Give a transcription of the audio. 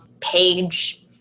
page